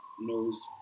knows